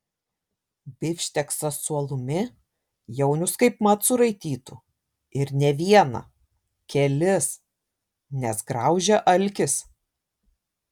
bifšteksą su alumi jaunius kaip mat suraitytų ir ne vieną kelis nes graužia alkis